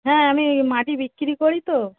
হ্যাঁ আমি মাটি বিক্রি করি তো